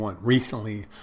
Recently